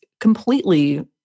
completely